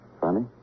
Funny